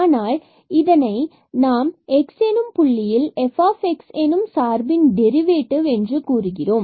ஆனால் இதை நாம் x எனும் புள்ளியில் f எனும் சார்பின் டெரிவேட்டிவ் என்று கூறுகிறோம்